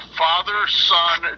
father-son